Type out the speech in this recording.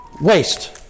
waste